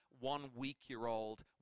one-week-year-old